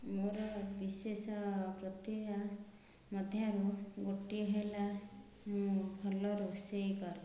ମୋର ବିଶେଷ ପ୍ରତିଭା ମଧ୍ୟରୁ ଗୋଟିଏ ହେଲା ମୁଁ ଭଲ ରୋଷେଇ କରେ